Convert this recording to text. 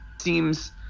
seems